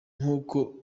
nk’uko